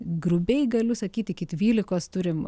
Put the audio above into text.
grubiai galiu sakyt iki dvylikos turim